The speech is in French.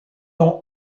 nom